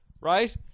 Right